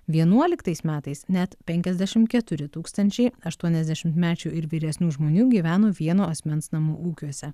vienuoliktais metais net penkiasdešimt keturi tūkstančiai aštuoniasdešimtmečių ir vyresnių žmonių gyveno vieno asmens namų ūkiuose